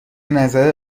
نظر